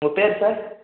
உங்கள் பேர் சார்